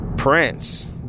Prince